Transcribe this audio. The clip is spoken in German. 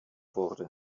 wurde